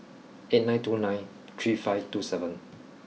eight nine two nine three five two seven